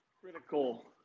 critical